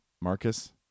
Marcus